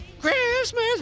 Christmas